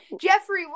Jeffrey